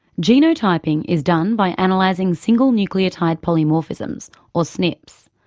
genotyping is done by analysing single nucleotide polymorphisms or snps.